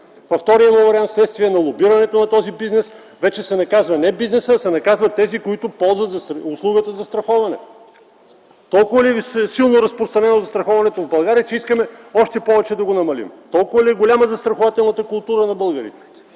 Във втория му вариант, вследствие на лобирането на този бизнес, вече се наказва не бизнесът, а се наказват тези, които ползват услугата застраховане. Толкова ли силно е разпространено застраховането в България, че искаме още повече да го намалим? Толкова ли е голяма застрахователната култура на българите,